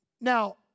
Now